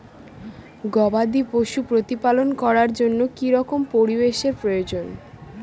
গবাদী পশু প্রতিপালন করার জন্য কি রকম পরিবেশের প্রয়োজন?